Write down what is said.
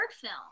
film